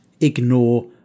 ignore